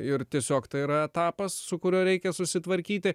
ir tiesiog tai yra etapas su kuriuo reikia susitvarkyti